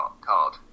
card